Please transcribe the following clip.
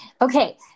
Okay